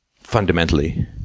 fundamentally